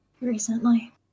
recently